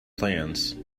plants